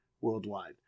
worldwide